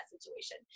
situation